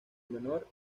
menor